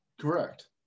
Correct